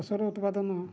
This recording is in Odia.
ଫସଲ ଉତ୍ପାଦନ